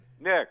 Nick